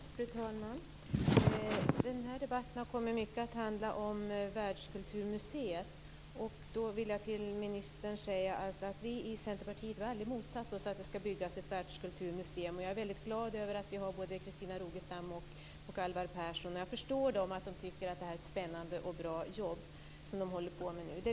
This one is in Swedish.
Fru talman! Den här debatten har kommit att handla mycket om Världskulturmuseet. Jag vill säga till ministern att vi i Centerpartiet aldrig har motsatt oss att det skall byggas ett världskulturmuseum. Jag är väldigt glad över att vi har både Christina Rogestam och Alvar Persson. Jag förstår att de tycker att det är ett spännande och bra jobb som de håller på med nu.